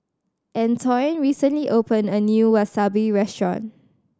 Antoine recently opened a new Wasabi Restaurant